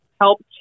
helped